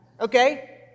Okay